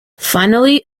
finally